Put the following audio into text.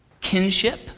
kinship